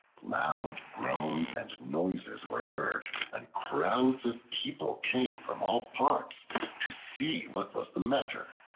loud groans and noises were heard, and crowds of people came from all parts to see what was the matter.